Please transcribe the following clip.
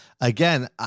again